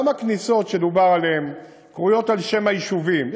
גם הכניסות שדובר עליהן קרויות על שם היישובים,